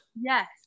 yes